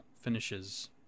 finishes